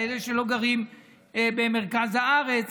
לאלה שלא גרים במרכז הארץ.